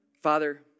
Father